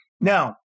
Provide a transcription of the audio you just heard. Now